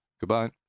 Goodbye